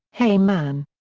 hey man.